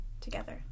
together